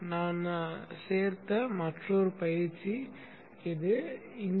நான் சேர்த்த மற்றொரு பயிற்சி இது